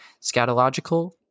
scatological